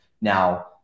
Now